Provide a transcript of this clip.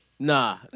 Nah